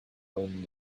wind